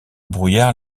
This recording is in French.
brouillard